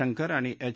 शंकर आणि एच